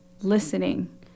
listening